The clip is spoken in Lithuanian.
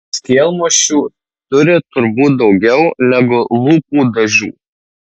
skylmušų turi turbūt daugiau negu lūpų dažų